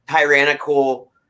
Tyrannical